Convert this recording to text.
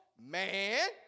man